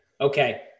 okay